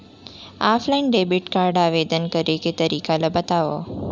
Offline debit card आवेदन करे के तरीका ल बतावव?